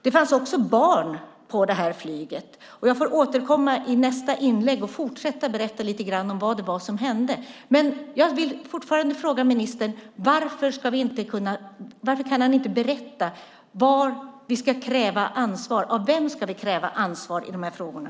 Det fanns också barn på flyget, och jag får återkomma i nästa inlägg och fortsätta berätta lite om vad som hände. Jag vill fortfarande fråga ministern varför han inte kan berätta var vi ska kräva ansvar. Av vem ska vi kräva ansvar i de här frågorna?